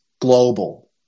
Global